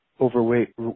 overweight